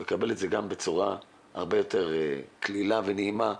הוא יקבל אותה גם בצורה הרבה יותר קלילה ונעימה,